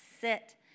sit